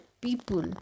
people